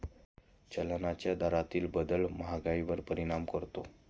चलनाच्या दरातील बदल महागाईवर परिणाम करतो